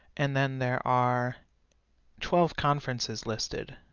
and then there are twelve conferences listed.